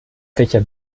fächer